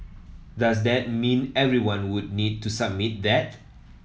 does that mean everyone would need to submit that